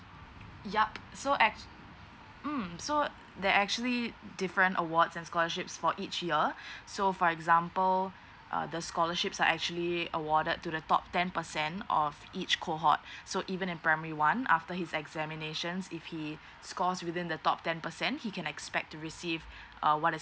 ya so ex~ mm so there're actually different awards and scholarships for each year so for example uh the scholarships are actually awarded to the top ten percent of each cohort so even in primary one after his examinations if he scores within the top ten percent he can expect to receive err what is